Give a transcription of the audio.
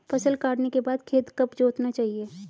फसल काटने के बाद खेत कब जोतना चाहिये?